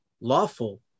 lawful